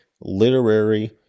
literary